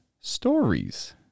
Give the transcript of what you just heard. Stories